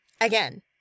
Again